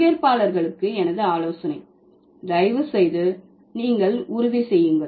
பங்கேற்பாளர்களுக்கு எனது ஆலோசனை தயவுசெய்து நீங்கள் உறுதி செய்யுங்கள்